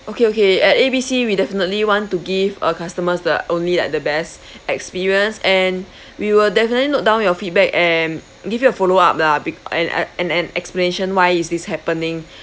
okay okay at A B C we definitely want to give our customers the only like the best experience and we will definitely note down your feedback and give you a follow up lah and be~ and ac~ and an explanation why is this happening